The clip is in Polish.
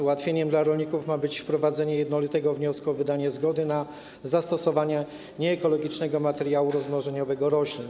Ułatwieniem dla rolników ma być wprowadzenie jednolitego wniosku o wydanie zgody na zastosowanie nieekologicznego materiału rozmnożeniowego roślin.